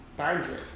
boundary